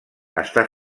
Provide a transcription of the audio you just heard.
està